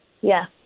Yes